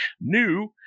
New